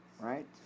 right